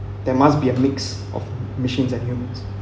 there must be a mix of machines and humans